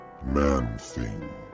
Man-thing